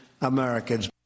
Americans